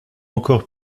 encore